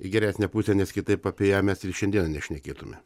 į geresnę pusę nes kitaip apie ją mes šiandien nešnekėtumėme